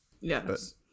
Yes